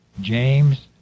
James